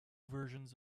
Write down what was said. versions